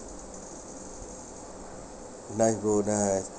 nice bro nice